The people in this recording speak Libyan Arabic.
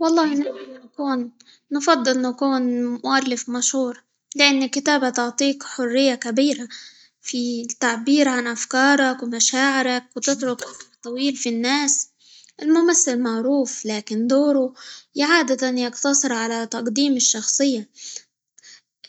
والله نحنا -نكون- نفضل نكون مؤلف مشهور؛ لإن الكتابة تعطيك حرية كبيرة في التعبير عن أفكارك، ومشاعرك، وتترك أثر كبير في الناس، الممثل معروف لكن دوره عادة يقتصر على تقديم الشخصية،